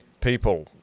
people